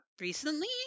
Recently